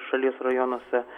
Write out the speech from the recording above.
šalies rajonuose